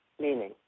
Meaning